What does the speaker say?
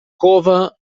cova